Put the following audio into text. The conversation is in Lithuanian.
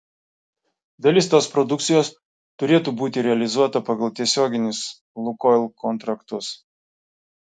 dalis tos produkcijos turėtų būti realizuota pagal tiesioginius lukoil kontraktus